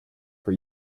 for